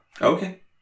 Okay